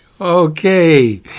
Okay